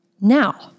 Now